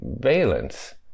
valence